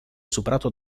superato